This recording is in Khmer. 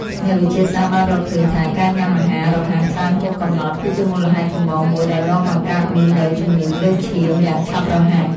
អ្នកវិទ្យាសាស្ត្របានរកឃើញថាការញ៉ាំអាហាររហ័សច្រើនហួសកំណត់ គឺជាមូលហេតុចម្បងមួយដែលនាំឲ្យកើតមាននូវជំងឺលើសឈាមយ៉ាងឆាប់រហ័ស។